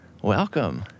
Welcome